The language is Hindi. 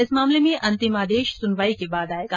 इस मामले में अंतिम आदेश सुनवाई के बाद आयेगा